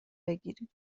بگیریم